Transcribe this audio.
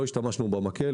לא השתמשנו במקל.